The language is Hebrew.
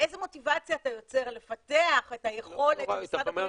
איזה מוטיבציה אתה יוצר לפתח את היכולת במשרד הבריאות,